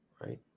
Right